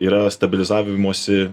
yra stabilizavimosi